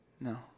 no